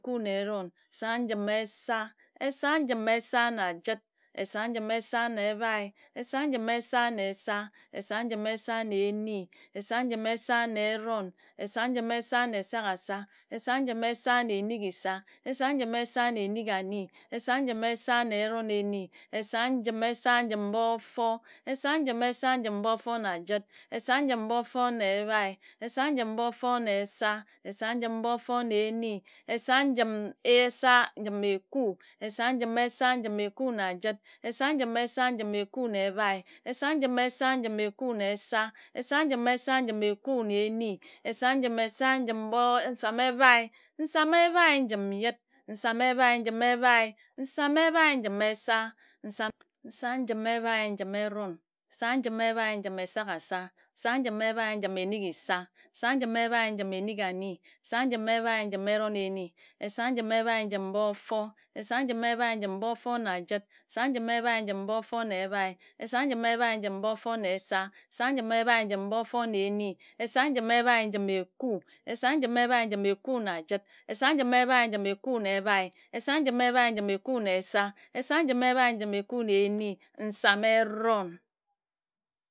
Eku na eron. Esam njim esa. Esam esa na jət. Esam njim esa na ebhae esam njim esa na esa. Esam njim esa eni. Esam njim esa na eron. Esam njim esa na esaghe. Esam nji esa na enghisa. Esam njim njim esa na enighani esam njim esa na eron eni. Esam njim esa njim bofo. Esam njim bofo na jət. Esam esa njim bofo na ebhae. Esam njim bofo na esa esam njim bofo na eni esam njim esa njim eku esam njim eku na jət. Esam njim esa njim eku na ebhe. Esam nji esa nji eku na esa esam njim esa njim eka na eni esam njim esam nsam ebhae nsam ebhae njim jət. Nsam ebhae njim ebhae. Nsam ebha nji esa. Esam njim ebhe njim eron. Esam njim ebhae njim esaghasa. Esam njim ebhae njim enighisa. Esam njim ebhae njim enighani. Esam njim ebhae njim eroneni Esam njim ebhae njim bofo. Esam njim ebhae njim bofo na jət. Esam njim ebhae njim bofo na ebhae. Esam njim ebhae njim bofo na esa. Esam njim ebhae njim bofo na eni. Esam njim ebhae njim eku. Esam ebhae njim ebhae njim eku na jət Esam njim ebhae njim eku na ebhae Esam njim ebhae njim eku na eso. Esam njim ebhae njim eku na eni. Esam njim ebhae njim eku nsam ebhae